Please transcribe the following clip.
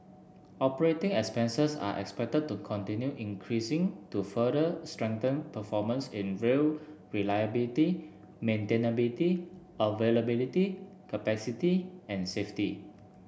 operating expenses are expected to continue increasing to further strengthen performance in rail reliability maintainability availability capacity and safety